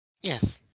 Yes